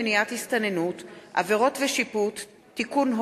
הצעת חוק למניעת הסתננות (עבירות ושיפוט) (תיקון,